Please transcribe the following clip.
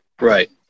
Right